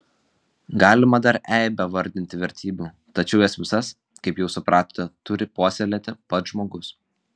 galima dar eibę vardinti vertybių tačiau jas visas kaip jau supratote turi puoselėti pats žmogus